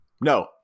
No